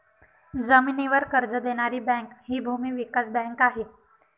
जमिनीवर कर्ज देणारी बँक हि भूमी विकास बँक आहे